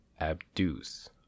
Abduce